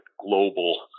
global